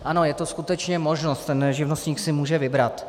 Ano, je to skutečně možnost, ten živnostník si může vybrat.